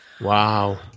Wow